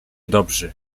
dobrzy